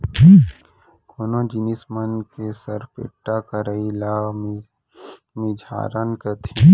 कोनो जिनिस मन के सरपेट्टा करई ल मिझारन कथें